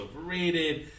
overrated